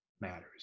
matters